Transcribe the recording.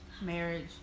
marriage